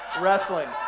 Wrestling